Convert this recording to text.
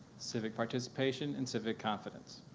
civic participation, and civic competence.